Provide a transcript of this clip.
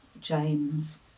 James